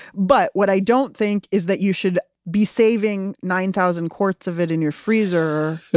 but what i don't think is that you should be saving nine thousand quarts of it in your freezer.